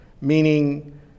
meaning